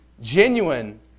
genuine